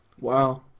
Wow